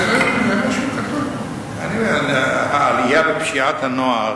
זה מה שכתוב פה, העלייה בפשיעת הנוער,